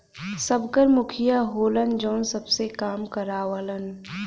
सबकर मुखिया होलन जौन सबसे काम करावलन